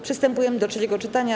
Przystępujemy do trzeciego czytania.